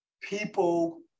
people